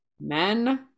men